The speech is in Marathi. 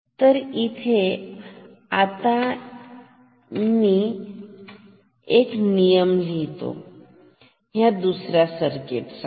तर ही इथे आत आहे मग मिबिठे नियम लिहितो ह्या दुसऱ्या सर्किट साठी